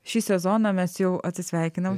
šį sezoną mes jau atsisveikinam